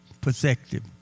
perspective